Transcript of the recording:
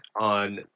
on